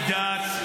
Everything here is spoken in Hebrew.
-- על מה היא דת.